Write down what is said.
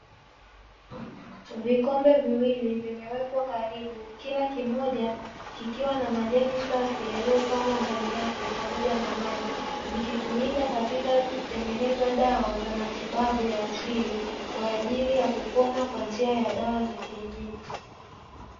Vikombe viwili vimewekwa karibu, kila kimoja kikiwa na majani safi yaliyopangwa ndani yake pamoja na maji, vikitumika katika kutengeneza dawa za matibabu ya asili kwa ajili ya kupona kwa njia ya dawa za kienyeji.